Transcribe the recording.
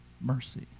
mercy